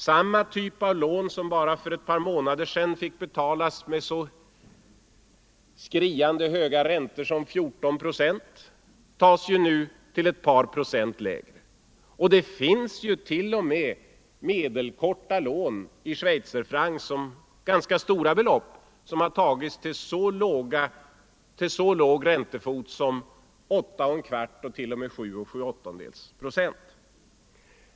Samma typ av lån som bara för ett par månader sedan fick betalas med så skriande höga räntor som 14 procent tas nu till ett par procent lägre. Det finns t.o.m. medelkorta lån i schweizerfrancs — ganska stora belopp - som har tagits med så låg räntefot som 8 1 8 procent.